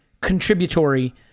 contributory